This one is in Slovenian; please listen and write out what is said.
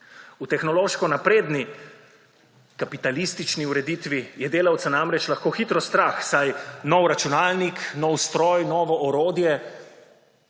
V tehnološko napredni kapitalistični ureditvi je delavca namreč lahko hitro strah, saj nov računalnik, nov stroj, novo orodje